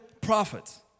prophets